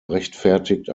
rechtfertigt